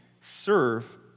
serve